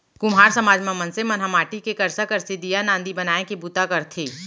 कुम्हार समाज म मनसे मन ह माटी के करसा, करसी, दीया, नांदी बनाए के बूता करथे